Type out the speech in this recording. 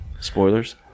spoilers